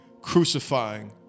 crucifying